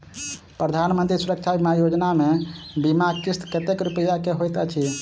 प्रधानमंत्री सुरक्षा बीमा योजना मे बीमा किस्त कतेक रूपया केँ होइत अछि?